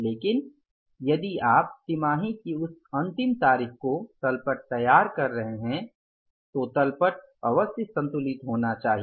लेकिन यदि आप तिमाही की उस अंतिम तारीख को तल पट तैयार कर रहे हैं तो तल पट अवस्य संतुलित होना चाहिए